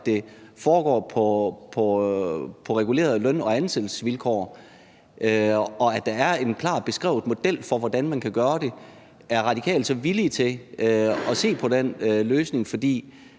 at det foregår på regulerede løn- og ansættelsesvilkår, og at der er en klart beskrevet model for, hvordan man kan gøre det, er Radikale så villige til at se på den løsning? For